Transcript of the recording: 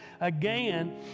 again